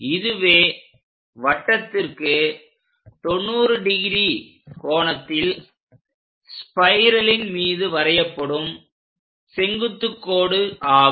இதுவே வட்டத்திற்கு 90° கோணத்தில் ஸ்பைரலின் மீது வரையப்படும் செங்குத்து கோடு ஆகும்